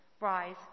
Rise